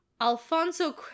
Alfonso